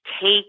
take